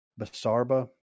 Basarba